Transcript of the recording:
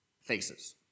faces